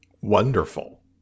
Wonderful